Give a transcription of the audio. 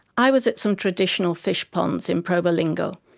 i was at some traditional fish ponds in probolinggo,